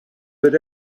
that